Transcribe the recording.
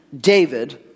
David